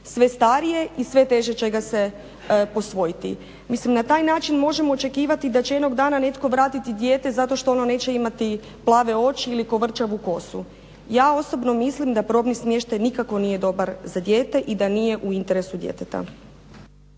sve starije i sve teže će ga se posvojiti. Mislim na taj način možemo očekivati da će jednog dana netko vratiti dijete zato što ono neće imati plave oči ili kovrčavu kosu. Ja osobno mislim da probni smještaj nikako nije dobar za dijete i da nije u interesu djeteta.